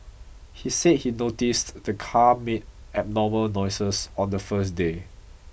he said he noticed the car made abnormal noises on the first day